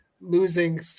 losing